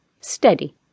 steady